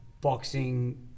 boxing